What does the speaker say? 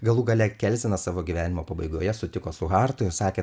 galų gale kelzenas savo gyvenimo pabaigoje sutiko su hartu ir sakė